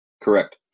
Correct